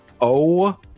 oh-